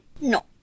No